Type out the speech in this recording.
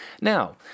Now